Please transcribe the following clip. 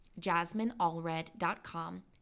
jasmineallred.com